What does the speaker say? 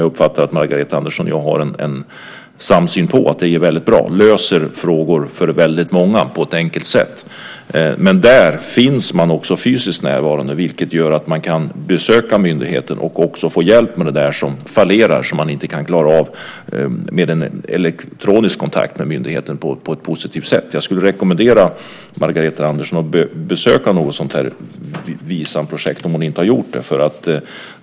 Det uppfattar jag att Margareta Andersson och jag har en samsyn om och tycker är bra. Det löser frågor för väldigt många på ett enkelt sätt. Men där finns också personal fysiskt närvarande, vilket gör att man kan besöka myndigheten och också få hjälp med det som fallerar, som man inte kan klara av med en elektronisk kontakt med myndigheten på ett positivt sätt. Jag skulle rekommendera Margareta Andersson att besöka ett sådant här Visamprojekt om hon inte redan har gjort det.